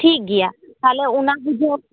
ᱴᱷᱤᱠ ᱜᱮᱭᱟ ᱛᱟᱦᱞᱮ ᱚᱱᱟ ᱜᱮ